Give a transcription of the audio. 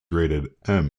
rated